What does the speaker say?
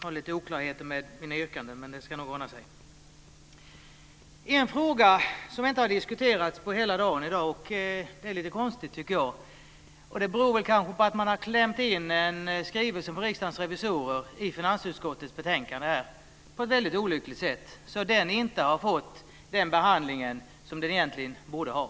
Fru talman! Det är en fråga som inte har diskuterats i dag, och det är lite konstigt. Det beror kanske på att det, på ett olyckligt sätt, har klämts in en skrivelse från Riksdagens revisorer i finansutskottets betänkande. Därmed har skrivelsen inte fått den behandling den egentligen borde ha.